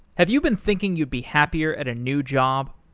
have you been thinking you'd be happier at a new job?